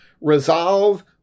Resolve